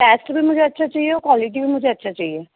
taste भी मुझे अच्छा चाहिए और क्वालिटी भी मुझे अच्छा चाहिए